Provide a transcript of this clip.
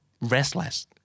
restless